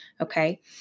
okay